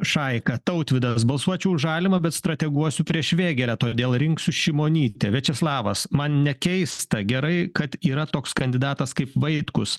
šaiką tautvydas balsuočiau už žalimą bet strateguosiu prieš vėgėlę todėl rinksiu šimonytę viačeslavas man ne keista gerai kad yra toks kandidatas kaip vaitkus